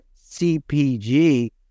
CPG